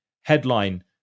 headline